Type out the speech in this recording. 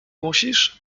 musisz